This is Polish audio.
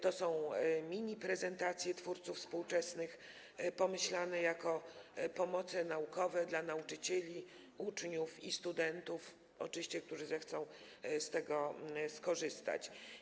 To są miniprezentacje twórców współczesnych, pomyślane jako pomoce naukowe dla nauczycieli, uczniów i studentów, którzy oczywiście zechcą z tego skorzystać.